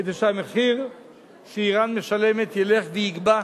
כדי שהמחיר שאירן משלמת ילך ויגבה,